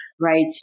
Right